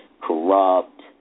corrupt